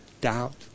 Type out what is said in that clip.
doubt